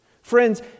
Friends